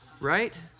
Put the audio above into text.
right